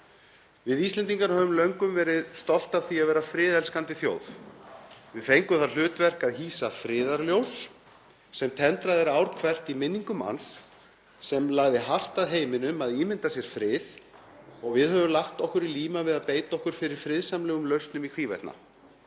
Við Íslendingar höfum löngum verið stolt af því að vera friðelskandi þjóð. Við fengum það hlutverk að hýsa friðarljós sem tendrað er ár hvert í minningu manns sem lagði hart að heiminum að ímynda sér frið og við höfum lagt okkur í líma við að beita okkur fyrir friðsamlegum lausnum í hvívetna.